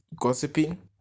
gossiping